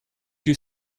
you